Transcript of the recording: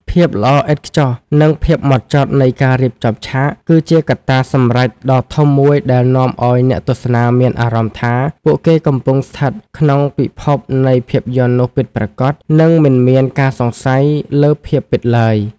ភាពល្អឥតខ្ចោះ និងភាពហ្មត់ចត់នៃការរៀបចំឆាក គឺជាកត្តាសម្រេចដ៏ធំមួយដែលនាំឱ្យអ្នកទស្សនាមានអារម្មណ៍ថាពួកគេកំពុងស្ថិតនៅក្នុងពិភពនៃភាពយន្តនោះពិតប្រាកដ និងមិនមានការសង្ស័យលើភាពពិតឡើយ។